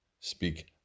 Speak